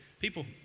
People